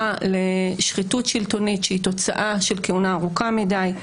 לשחיתות שלטונית שהיא תוצאה של כהונה ארוכה מדי.